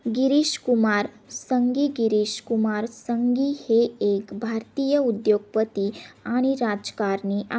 गिरीश कुमार संघी गिरीश कुमार संघी हे एक भारतीय उद्योगपती आणि राजकारणी आ